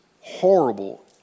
horrible